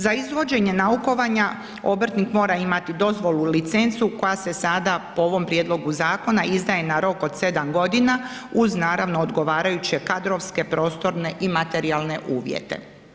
Za izvođenje naukovanja, obrtnik mora imati dozvolu i licencu koja se sada po ovom prijedlogu zakona izdaje na rok od 7 godina uz naravno, odgovarajuće kadrovske, prostorne i materijalne uvjete.